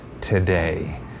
today